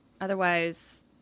Otherwise